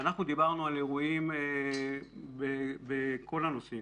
אנחנו דיברנו על אירועים בכל הנושאים.